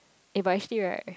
eh but actually right